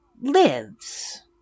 lives